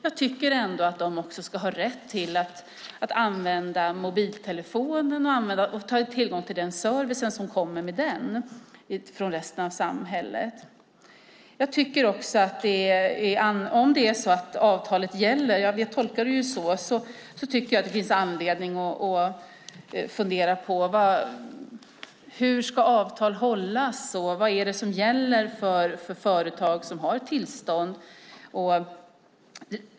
Jag tycker att de också ska ha rätt till att använda mobiltelefonen och ha tillgång till den service som kommer med den från resten av samhället. Jag tycker också att om avtalet gäller, för jag tolkar det så, finns det anledning att fundera på hur avtal ska hållas och vad det är som gäller för företag som har tillstånd.